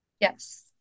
Yes